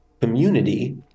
community